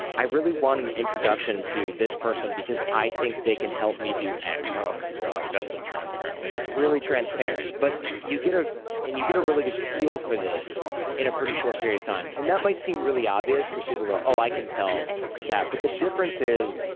i really want an introduction to this person because i think they can help me do x. ah oh god, that's a transparent one it's really transparent. but ah and you get a really good feel for this in a pretty short period of time. and that might seem really obvious because people go, oh, i can tell that. but the difference is,